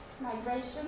migration